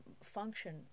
function